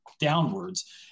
downwards